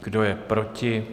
Kdo je proti?